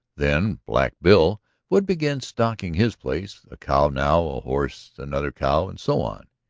then black bill would begin stocking his place, a cow now, a horse, another cow, and so on.